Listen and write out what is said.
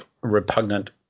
repugnant